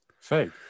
fake